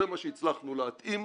זה מה שהצלחנו להתאים,